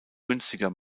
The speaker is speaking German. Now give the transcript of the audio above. günstiger